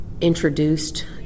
introduced